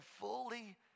fully